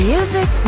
Music